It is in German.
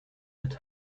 mit